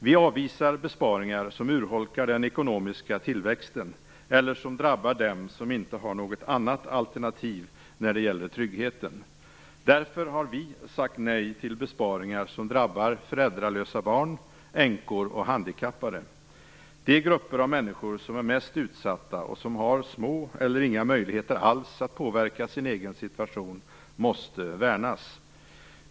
Vi avvisar besparingar som urholkar den ekonomiska tillväxten eller som drabbar dem som inte har något annat alternativ till trygghet. Därför har vi sagt nej till besparingar som drabbar föräldralösa barn, änkor och handikappade. De grupper av människor som är mest utsatta och som har små eller inga möjligheter alls att påverka sin egen situation måste värnas.